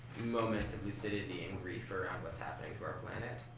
moments of lucidity and grief around what's happening to our planet,